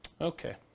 Okay